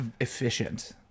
efficient